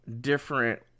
different